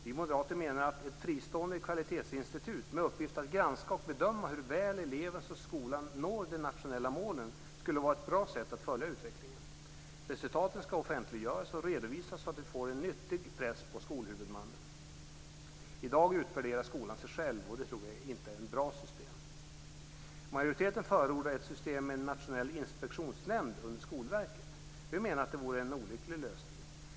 Vi moderater menar att ett fristående kvalitetsinstitut med uppgift att granska och bedöma hur väl eleven och skolan når de nationella målen skulle vara ett bra sätt att följa utvecklingen. Resultaten skall offentliggöras och redovisas så att de utgör en nyttig press på skolhuvudmannen. I dag utvärderar skolan sig själv, och det tror jag inte är ett bra system. Majoriteten förordar ett system med en nationell inspektionsnämnd under Skolverket. Vi menar att det vore en olycklig lösning.